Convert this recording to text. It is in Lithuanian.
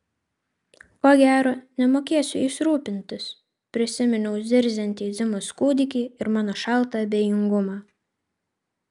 ko gero nemokėsiu jais rūpintis prisiminiau zirziantį zimos kūdikį ir mano šaltą abejingumą